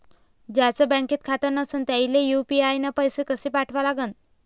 ज्याचं बँकेत खातं नसणं त्याईले यू.पी.आय न पैसे कसे पाठवा लागन?